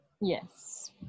Yes